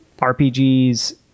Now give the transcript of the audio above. rpgs